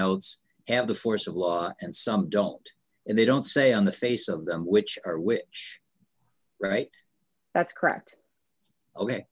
notes have the force of law and some don't and they don't say on the face of them which are which right that's correct ok